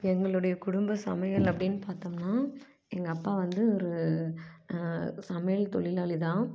எங்களுடைய குடும்ப சமையல் அப்படின்னு பார்த்தோம்னா எங்கள் அப்பா வந்து ஒரு சமையல் தொழிலாளி தான்